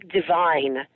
divine